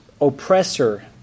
oppressor